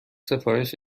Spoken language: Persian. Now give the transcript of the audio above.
سفارش